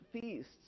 feasts